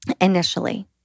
Initially